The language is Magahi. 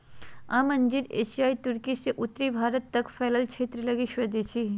आम अंजीर एशियाई तुर्की से उत्तरी भारत तक फैलल क्षेत्र लगी स्वदेशी हइ